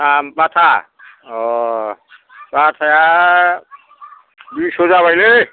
आ बाटा अ बाटाया दुइस' जाबायलै